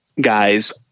guys